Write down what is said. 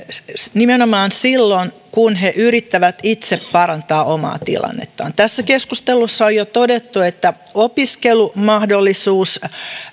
nimenomaan silloin kun he yrittävät itse parantaa omaa tilannettaan tässä keskustelussa on jo todettu että opiskelumahdollisuus